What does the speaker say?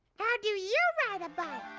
how do you ride a bike?